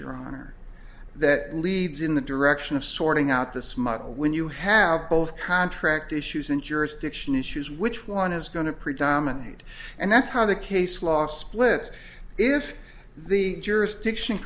your honor that leads in the direction of sorting out the smug when you have both contract issues and jurisdiction issues which one is going to predominate and that's how the case law splits if the jurisdiction